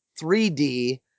3D